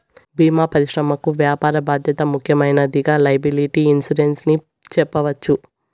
భీమా పరిశ్రమకి వ్యాపార బాధ్యత ముఖ్యమైనదిగా లైయబిలిటీ ఇన్సురెన్స్ ని చెప్పవచ్చు